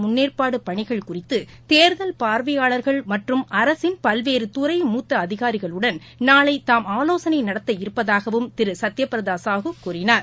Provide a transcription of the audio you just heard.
முன்னேற்பாடுபணிகள் குறித்துதேர்தல் பார்வையாளர்கள் மற்றம் பல்வேறுகுறை தேர்தல் மூத்தஅதிகாரிகளுடன் நாளைதாம் ஆலோசனைநடத்தவிருப்பதாகவும் திருசத்யபிரதசாஹூ கூறினார்